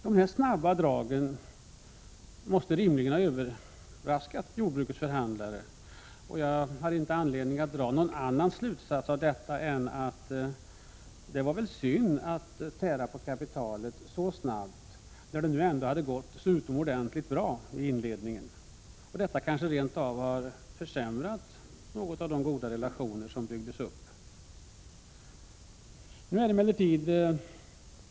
Dessa snabba drag måste rimligen ha överraskat jordbrukets förhandlare, och jag har inte anledning att dra någon annan slutsats än att det kanske var synd att tära på förtroendekapitalet så snabbt, när det hade gått så utomordentligt bra i inledningen. Detta kanske rent av något har försämrat de goda relationer som tidigare byggts upp.